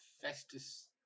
Festus